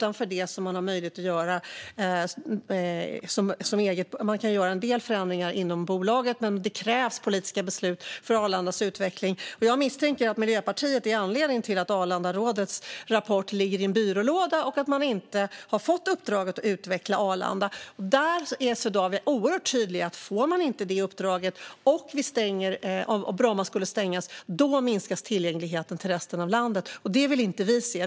En del förändringar kan göras inom bolaget, men det krävs politiska beslut för Arlandas utveckling. Jag misstänker att Miljöpartiet är anledningen till att Arlandarådets rapport ligger i en byrålåda och att man inte har fått uppdraget att utveckla Arlanda. Där är Swedavia oerhört tydliga: Får man inte detta uppdrag och Bromma stängs minskas tillgängligheten till resten av landet. Det vill inte vi se.